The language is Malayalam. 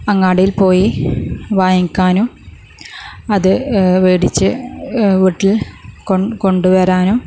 അങ്ങാടിയിൽ പോയി വാങ്ങിക്കാനും അത് വേടിച്ച് വീട്ടിൽ കൊണ് കൊണ്ടു വരാനും